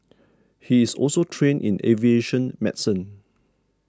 he is also trained in aviation medicine